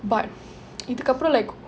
but